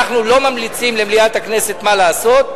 אנחנו לא ממליצים למליאת הכנסת מה לעשות,